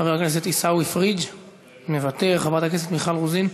חבר הכנסת עיסאווי, מוותר, חברת הכנסת מיכל רוזין,